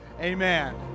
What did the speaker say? amen